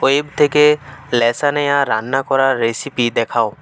web থেকে lasagna রান্না করার রেসিপি দেখাও